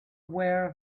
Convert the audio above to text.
aware